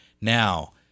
Now